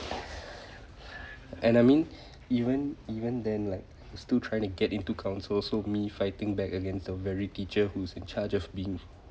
and I mean even even then like still trying to get into council so me fighting back against the very teacher who's in charge of being